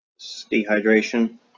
dehydration